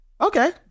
Okay